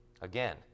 Again